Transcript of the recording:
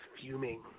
fuming